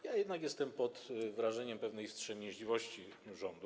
Ja jednak jestem pod wrażeniem pewnej wstrzemięźliwości rządu.